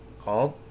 called